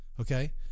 okay